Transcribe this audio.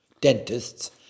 dentists